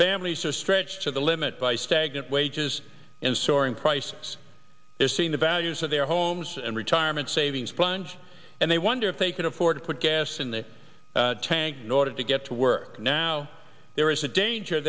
families are stretched to the limit by stagnant wages and soaring prices they're seeing the values of their homes and retirement savings plunge and they wonder if they could afford to put gas in the tank in order to get to work now there is a danger